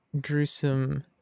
gruesome